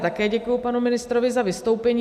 Také děkuji panu ministrovi za vystoupení.